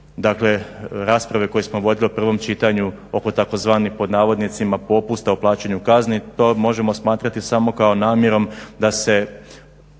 dakle rasprave koji smo vodili u prvom čitanju oko tzv. pod navodnicima popusta u plaćanju kazne to možemo smatrati samo kao namjerom da se